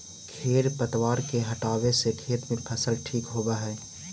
खेर पतवार के हटावे से खेत में फसल ठीक होबऽ हई